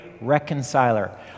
reconciler